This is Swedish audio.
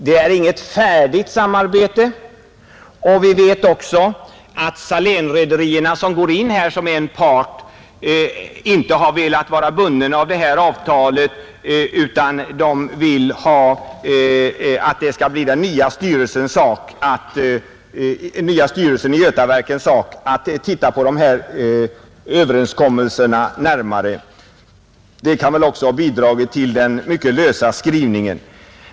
Det är inget färdigt samarbete, och vi vet också att Salénrederierna som går in här som en part inte har velat vara bundna av detta avtal utan vill att det skall bli en ny Götaverksstyrelses sak att titta närmare på dessa överenskommelser. Det förhållandet kan också ha bidragit till den mycket lösa skrivningen.